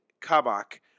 Kabak